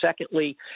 secondly